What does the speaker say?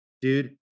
dude